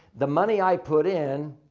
the money i put in,